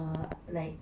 err like